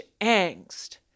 angst